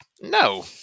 No